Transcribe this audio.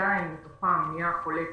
עדיין מתוכם חולים קשים,